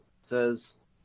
says